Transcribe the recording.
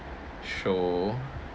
show